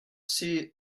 six